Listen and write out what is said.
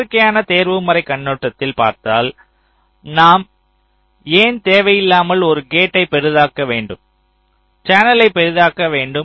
இயற்கையான தேர்வுமுறை கண்ணோட்டத்தில் பார்த்தால் நாம் ஏன் தேவையில்லாமல் ஒரு கேட்டை பெரிதாக்க வேண்டும் சேனல்லை பெரிதாக்க வேண்டும்